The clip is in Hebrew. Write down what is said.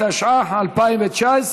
התשע"ח 2018,